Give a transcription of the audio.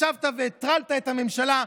ישבת והטרלת את הממשלה,